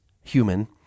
human